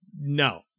No